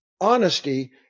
Honesty